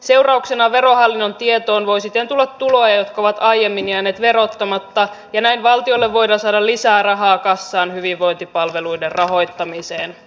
seurauksena verohallinnon tietoon voi siten tulla tuloja jotka ovat aiemmin jääneet verottamatta ja näin valtiolle voidaan saada lisää rahaa kassaan hyvinvointipalveluiden rahoittamiseen